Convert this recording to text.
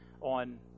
on